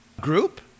Group